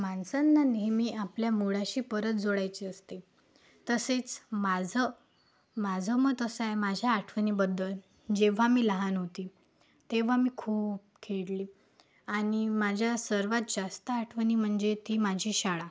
माणसांना नेहमी आपल्या मुळाशी परत जोडायचे असते तसेच माझं माझं मत असं आहे माझ्या आठवणीबद्दल जेव्हा मी लहान होती तेव्हा मी खूप खेळली आणि माझ्या सर्वात जास्त आठवणी म्हणजे ती माझी शाळा